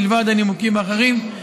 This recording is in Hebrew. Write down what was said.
מלבד הנימוקים האחרים.